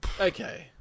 Okay